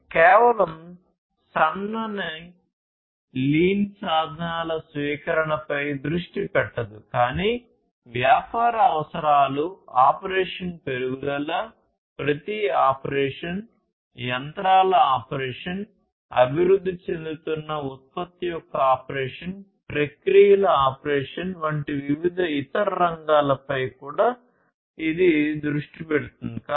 ఇది కేవలం సన్ననిలీన్ సాధనాల స్వీకరణపై దృష్టి పెట్టదు కానీ వ్యాపార అవసరాలు ఆపరేషన్ మెరుగుదల ప్రతి ఆపరేషన్ యంత్రాల ఆపరేషన్ అభివృద్ధి చెందుతున్న ఉత్పత్తి యొక్క ఆపరేషన్ ప్రక్రియల ఆపరేషన్ వంటి వివిధ ఇతర రంగాలపై కూడా ఇది దృష్టి పెడుతుంది